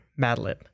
Madlib